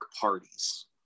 parties